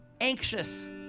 anxious